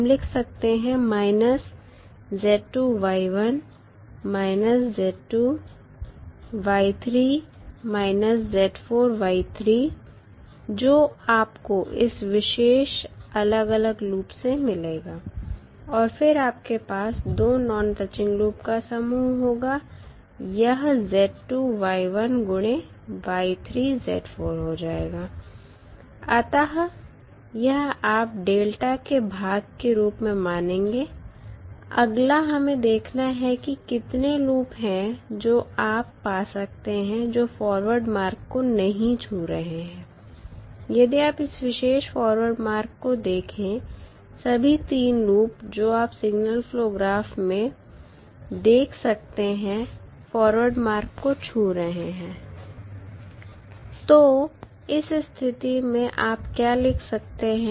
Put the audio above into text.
हम लिख सकते हैं Z2 Y1 Z2 Y3 Z4 Y3 जो आपको इस विशेष अलग अलग लूप से मिलेगा और फिर आपके पास 2 नॉन टचिंग लूप का समूह होगा यह Z2 Y1 गुणे Y3 Z4 हो जाएगा अतः यह आप डेल्टा के भाग के रूप में पाएंगे अगला हमें देखना है कि कितने लूप हैं जो आप पा सकते हैं जो फॉरवर्ड मार्ग को नहीं छू रहे हैं यदि आप इस विशेष फॉरवर्ड मार्ग को देखें सभी 3 लूप जो आप सिगनल फ्लो ग्राफ में देख सकते हैं फॉरवर्ड मार्ग को छू रहे हैं तो इस स्थिति में आप क्या लिख सकते हैं